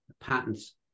patents